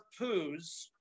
poos